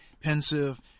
pensive